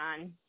on